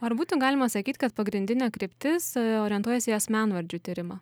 ar būtų galima sakyt kad pagrindinė kryptis orientuojasi į asmenvardžių tyrimą